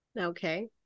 Okay